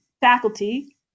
faculty